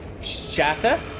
Shatter